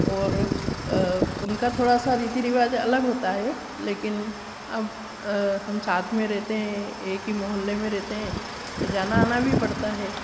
और उनका थोड़ा सा रीति रिवाज अलग होता है लेकिन अब हम साथ में रहते हैं एक हीं मुहल्ले में रहते हैं तो जाना आना भी पड़ता है